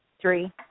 Three